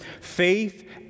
faith